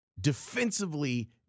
Defensively